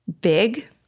big